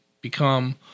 become